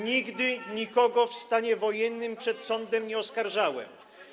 Nigdy nikogo w stanie wojennym przed sądem nie oskarżałem.